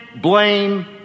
blame